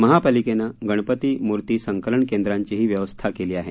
महापालिकेनं गणपती मूर्ती संकलन केंद्रांचीही व्यवस्था केली आहे